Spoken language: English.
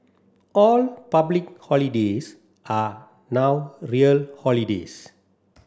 all public holidays are now real holidays